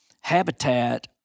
habitat